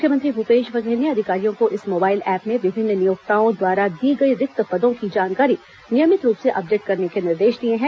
मुख्यमंत्री भूपेश बघेल ने अधिकारियों को इस मोबाइल ऐप में विभिन्न नियोक्ताओं द्वारा दी गई रिक्त पदों की जानकारी नियमित रूप से अपडेट करने के निर्देश दिए हैं